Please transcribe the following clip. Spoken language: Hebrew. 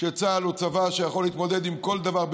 שצה"ל הוא צבא שיכול להתמודד עם כל דבר,